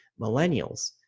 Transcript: Millennials